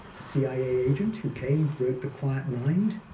the cia agent who came, wrote the quiet mind,